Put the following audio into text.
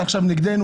אתה עכשיו נגדנו?